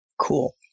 Cool